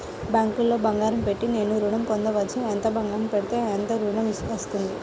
బ్యాంక్లో బంగారం పెట్టి నేను ఋణం పొందవచ్చా? ఎంత బంగారం పెడితే ఎంత ఋణం వస్తుంది?